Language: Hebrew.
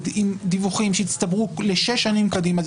עם דיווחים שיצטברו לשש שנים קדימה.